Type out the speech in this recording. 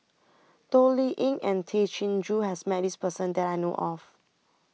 Toh Liying and Tay Chin Joo has Met This Person that I know of